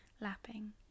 lapping